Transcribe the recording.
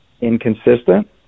Inconsistent